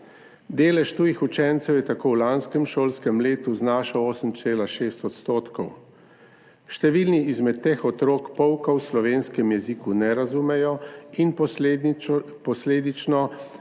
Delež tujih učencev je tako v lanskem šolskem letu znašal 8,6 %. Številni izmed teh otrok pouka v slovenskem jeziku ne razumejo in posledično